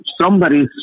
Somebody's